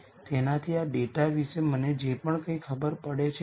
તમે ચકાસી શકો છો કે AA ટ્રાન્સપોઝ એ પણ આ જ વિચાર દ્વારા સિમેટ્રિક છે